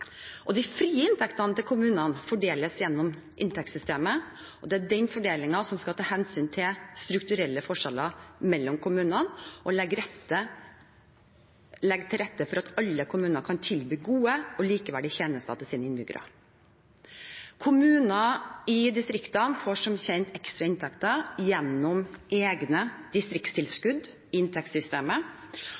De frie inntektene til kommunene fordeles gjennom inntektssystemet, og det er den fordelingen som skal ta hensyn til strukturelle forskjeller mellom kommunene og legge til rette for at alle kommuner kan tilby gode og likeverdige tjenester til sine innbyggere. Kommuner i distriktene får som kjent ekstra inntekter gjennom egne distriktstilskudd i inntektssystemet,